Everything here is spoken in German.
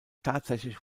tatsächlich